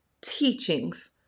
teachings